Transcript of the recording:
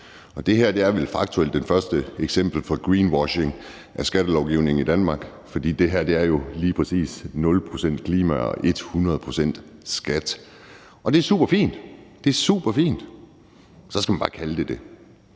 Og det her er vel faktuelt det første eksempel på greenwashing af skattelovgivningen i Danmark, for det her er jo lige præcis nul procent klima og ethundrede procent skat. Og det er superfint – så skal man bare kalde det det.